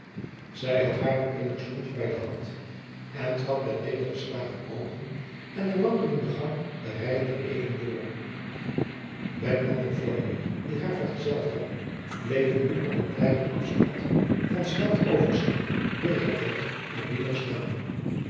zij had haar nu eenig zoontje bij de hand en trad met nedergeslagen oogen en een wankelenden gang de rijen der edelen door beckman en feurich die haar vergezeld hadden bleven nu op een kleinen afstand van s veldoversten legertent eerbiedig staan